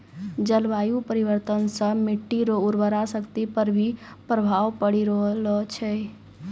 जलवायु परिवर्तन से मट्टी रो उर्वरा शक्ति पर भी प्रभाव पड़ी रहलो छै